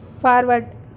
forward